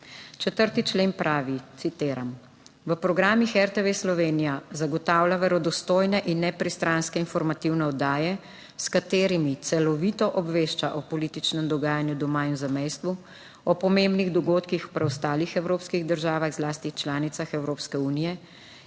4. člen pravi (citiram): "V programih RTV Slovenija zagotavlja verodostojne in nepristranske informativne oddaje, s katerimi celovito obvešča o političnem dogajanju doma in v zamejstvu, o pomembnih dogodkih v preostalih evropskih državah, zlasti članicah Evropske unije,